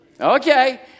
Okay